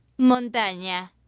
Montaña